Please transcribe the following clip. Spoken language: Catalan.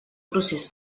procés